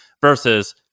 Versus